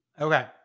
okay